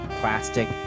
plastic